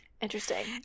interesting